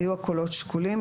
היו הקולות שקולים,